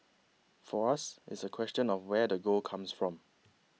for us it's a question of where the gold comes from